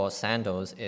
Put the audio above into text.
sandals